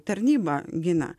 tarnyba gina